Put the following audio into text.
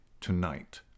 tonight